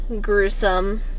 gruesome